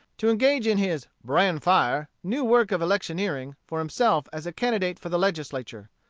to engage in his bran-fire new work of electioneering for himself as a candidate for the legislature.